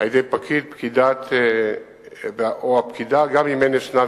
על-ידי פקיד או פקידה גם אם אין אשנב